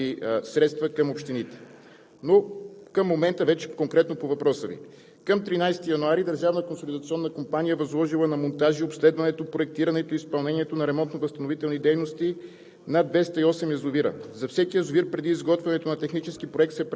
Държавната консолидационна компания следва да фактурира тези средства към общините. Но към момента вече конкретно по въпроса Ви – към 13 януари Държавната консолидационна компания е възложила на „Монтажи“ обследването, проектирането, изпълнението на ремонтно-възстановителни дейности